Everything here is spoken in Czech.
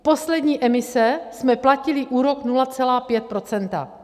Poslední emise jsme platili úrok 0,5 %.